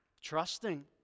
trusting